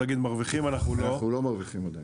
אנחנו לא מרוויחים.